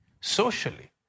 socially